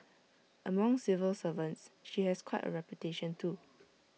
among civil servants she has quite A reputation too